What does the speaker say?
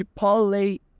Chipotle